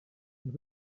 and